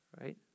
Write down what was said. Right